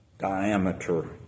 diameter